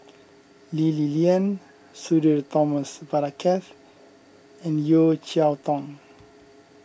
Lee Li Lian Sudhir Thomas Vadaketh and Yeo Cheow Tong